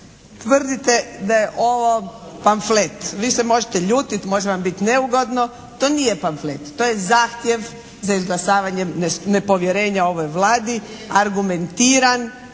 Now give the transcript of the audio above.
Tvrdite da je ovo pamflet. Vi se možete ljutit, može vam biti neugodno to nije pamflet. To je zahtjev za izglasavanje nepovjerenja ovoj Vladi, argumentiran